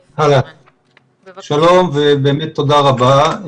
שלום ובאמת תודה רבה.